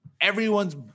everyone's